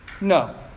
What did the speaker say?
no